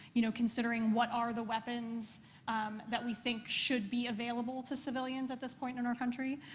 you know, considering what are the weapons that we think should be available to civilians at this point in our country.